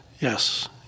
Yes